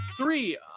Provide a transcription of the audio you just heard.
Three